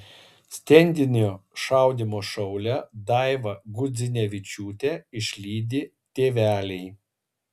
stendinio šaudymo šaulę daivą gudzinevičiūtę išlydi tėveliai